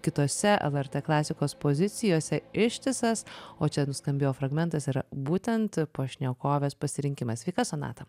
kitose lrt klasikos pozicijose ištisas o čia nuskambėjo fragmentas ir būtent pašnekovės pasirinkimas sveika sonata